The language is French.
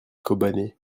kobané